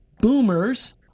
boomers